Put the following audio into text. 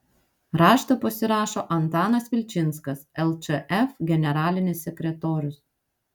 raštą pasirašo antanas vilčinskas lčf generalinis sekretorius